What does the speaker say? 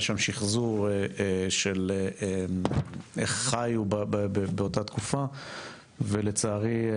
שם שחזור של איך חיו באותה תקופה ולצערי,